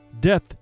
death